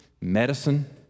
medicine